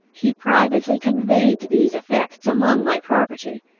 he privately conveyed these effects among my property,